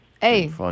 Hey